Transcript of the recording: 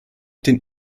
den